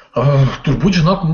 turbūt žinok